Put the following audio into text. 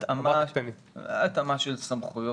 התאמה של סמכויות.